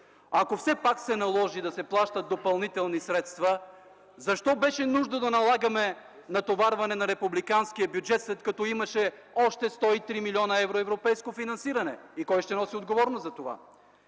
Ако все пак се наложи да се плащат допълнителни средства, защо беше нужно да налагаме натоварване на републиканския бюджет, след като имаше още 103 млн. евро европейско финансиране, и кой ще носи отговорност за това?